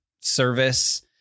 service